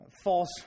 false